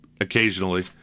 occasionally